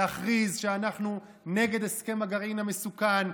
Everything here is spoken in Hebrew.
להכריז שאנחנו נגד הסכם הגרעין המסוכן,